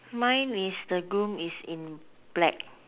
mine is the groom is in black